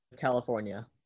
California